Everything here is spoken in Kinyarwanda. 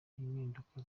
impinduka